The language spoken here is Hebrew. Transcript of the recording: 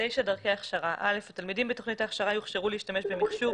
"דרכי הכשרה התלמידים בתוכנית ההכשרה יוכשרו להשתמש במכשור,